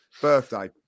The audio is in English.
birthday